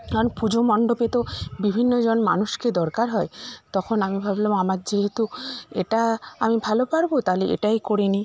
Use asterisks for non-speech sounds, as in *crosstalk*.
*unintelligible* পুজো মণ্ডপে তো বিভিন্নজন মানুষকে দরকার হয় তখন আমি ভাবলাম আমার যেহেতু এটা আমি ভালো পারবো তাহলে এটাই করে নি